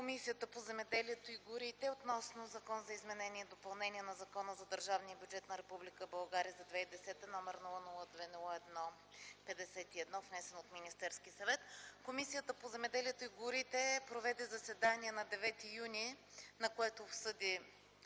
Комисията по земеделието и горите относно Закон за изменение и допълнение на Закона за държавния бюджет на Република България за 2010 г., № 002-01-51, внесен от Министерския съвет . Комисията по земеделието и горите проведе заседание на 9 юни 2010 г., на което обсъди